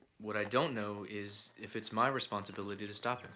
what i don't know is if it's my responsibility to stop him.